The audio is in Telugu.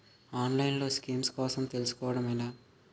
ఆన్లైన్లో స్కీమ్స్ కోసం తెలుసుకోవడం ఎలా?